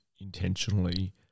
intentionally